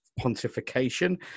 pontification